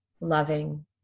loving